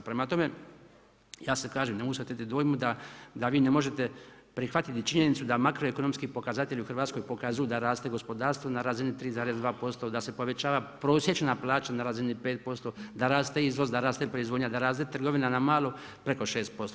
Prema tome, ja se ne mogu oteti dojmu da vi ne možete prihvatiti činjenicu da makroekonomski pokazatelji u Hrvatskoj pokazuju da raste gospodarstvo na razini 3,2%, da se povećava prosječna plaća na razini 5%, da raste izvoz, da raste proizvodnja, da raste trgovina na malo preko 6%